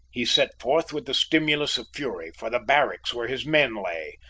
he set forth with the stimulus of fury for the barracks where his men lay,